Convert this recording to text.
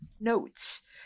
notes